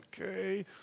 okay